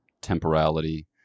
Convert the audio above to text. temporality